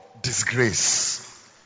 disgrace